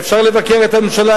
אפשר לבקר את הממשלה,